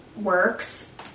works